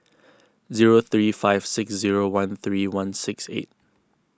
zero three five six zero one three one six eight